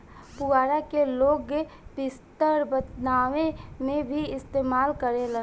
पुआरा के लोग बिस्तर बनावे में भी इस्तेमाल करेलन